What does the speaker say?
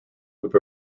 would